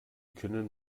können